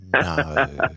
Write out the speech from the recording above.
No